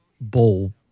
bowl